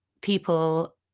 people